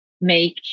make